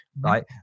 right